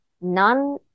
none